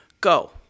go